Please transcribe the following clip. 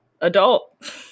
adult